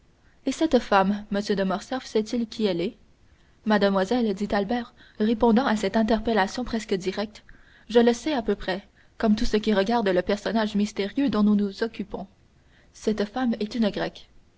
et cette femme m de morcerf sait-il qui elle est mademoiselle dit albert répondant à cette interpellation presque directe je le sais à peu près comme tout ce qui regarde le personnage mystérieux dont nous nous occupons cette femme est une grecque